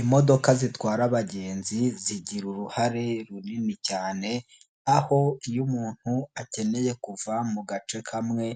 Imodoka zitwara abagenzi zigira uruhare runini cyane, aho iyo umuntu akeneye kuva mu gace kamwe